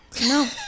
no